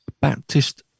Baptist